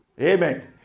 Amen